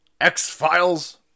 X-Files